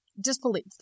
disbelief